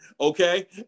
okay